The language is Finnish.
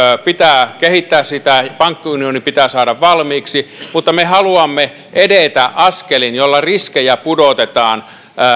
pitää kehittää sitä pankkiunioni pitää saada valmiiksi mutta me haluamme edetä askelin millä riskejä pudotetaan